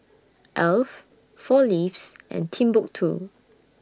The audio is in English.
Alf four Leaves and Timbuk two